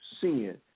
sin